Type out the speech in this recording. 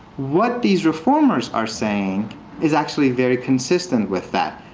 what these reformers are saying is actually very consistent with that.